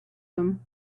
them